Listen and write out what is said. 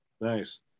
Nice